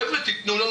חבר'ה תתנו לנו